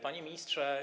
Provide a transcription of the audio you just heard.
Panie Ministrze!